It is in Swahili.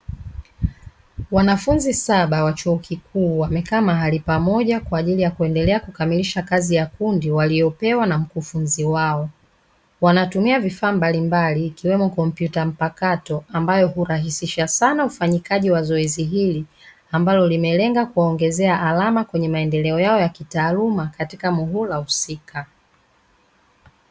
wanafunzi saba wa chuo kikuu wamekaa mahali pamoja kwa ajili ya kuendelea kukamilisha kazi ya kundi waliopewa na mkufunzi wao wanatumia vifaa mbali mbali, ikiwemo kompyuta mpakato ambayo hurahisisha sana ufanyikakaji wa zoezi hili ambalo limelenga kuwaongezea alama kwenye maendeleo yao ya kitaaluma katika muhula husika.